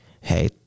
hey